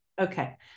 Okay